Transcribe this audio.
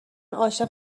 عاشق